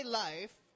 life